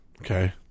Okay